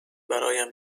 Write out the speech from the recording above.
برایم